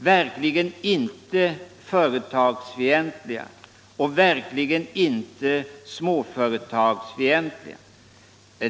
verkligen inte företagsfientliga och verkligen inte småföretagsfientliga.